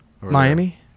Miami